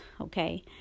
okay